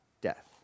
death